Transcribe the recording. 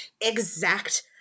exact